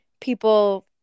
people